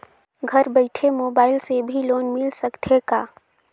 घर बइठे मोबाईल से भी लोन मिल सकथे का?